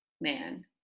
man